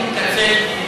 אני מתנצל.